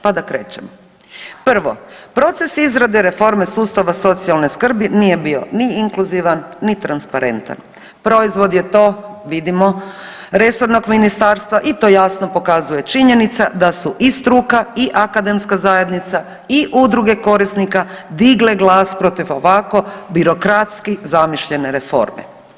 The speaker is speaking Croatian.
Pa da krećemo, proces izrade reforme sustava socijalne skrbi nije bio ni inkluzivan, ni transparentan, proizvod je to vidimo resornog ministarstva i to jasno pokazuje činjenica da su i struka i akademska zajednica i udruge korisnika digle glas protiv ovako birokratski zamišljene reforme.